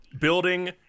building